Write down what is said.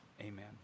Amen